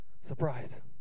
Surprise